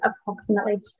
approximately